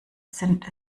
sind